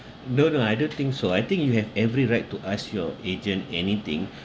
no no I don't think so I think you have every right to ask your agent anything